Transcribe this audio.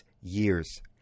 years